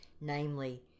namely